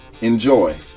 enjoy